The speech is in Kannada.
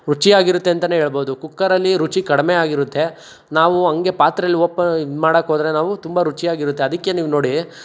ರುಚಿಯಾಗಿರುತ್ತೆ ಅಂತಲೇ ಹೇಳ್ಬಹುದು ಕುಕ್ಕರಲ್ಲಿ ರುಚಿ ಕಡಿಮೆ ಆಗಿರುತ್ತೆ ನಾವು ಹಾಗೆ ಪಾತ್ರೇಲಿ ಓಪನ್ ಇದು ಮಾಡೋಕೆ ಹೋದರೆ ನಾವು ತುಂಬ ರುಚಿಯಾಗಿರುತ್ತೆ ಅದಕ್ಕೆ ನೀವು ನೋಡಿ